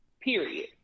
period